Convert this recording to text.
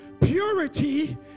Purity